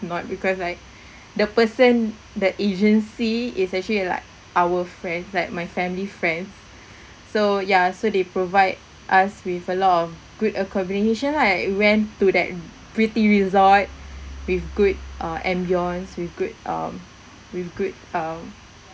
not because like the person the agency is actually like our friend like my family friend so ya so they provide us with a lot of good accommodation lah like went to that pretty resort with good uh ambiance with good um with good um